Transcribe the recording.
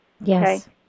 yes